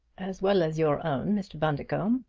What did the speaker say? as well as your own, mr. bundercombe,